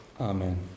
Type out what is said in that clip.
Amen